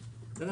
ובצדק.